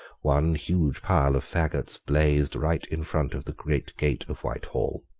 one huge pile of faggots blazed right in front of the great gate of whitehall.